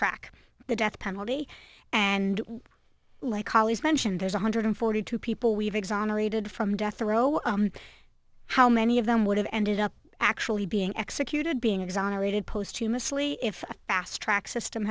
track the death penalty and like cali's mentioned there's one hundred forty two people we've exonerated from death row how many of them would have ended up actually being executed being exonerated post to miss lee if a fast track system